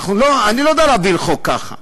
אני לא יודע להעביר חוק ככה.